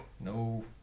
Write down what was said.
no